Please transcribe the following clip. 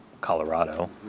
Colorado